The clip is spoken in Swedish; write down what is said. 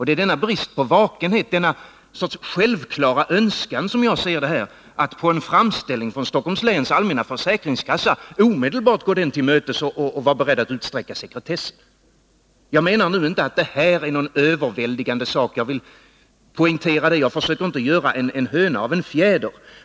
Det är denna brist på vakenhet, denna självklara önskan att på en framställning tillmötesgå Stockholms läns allmänna försäkringskassa och vara beredd att utsträcka sekretessen. Jag menar nu inte att det här är någon överväldigande sak — jag vill poängtera det. Jag försöker inte göra en höna av en fjäder.